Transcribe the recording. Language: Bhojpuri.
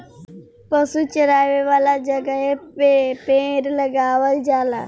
पशु चरावे वाला जगहे पे पेड़ लगावल जाला